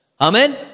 Amen